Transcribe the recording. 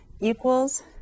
equals